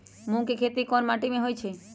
मूँग के खेती कौन मीटी मे होईछ?